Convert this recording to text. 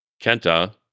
Kenta